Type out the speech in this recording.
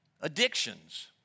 Addictions